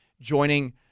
joining